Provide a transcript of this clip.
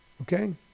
okay